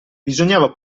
bisogna